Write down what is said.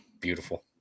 Beautiful